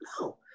No